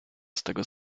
teraz